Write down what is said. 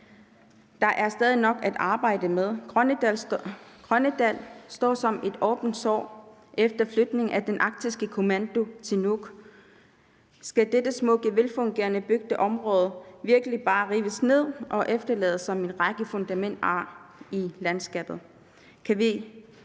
der er stadig nok at arbejde med. Grønnedal står som et åbent sår efter flytningen af den arktiske kommando til Nuuk. Skal dette smukke og velfungerende bygdeområde virkelig bare rives ned og efterlades som en række fundamentar i landskabet?